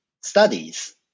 studies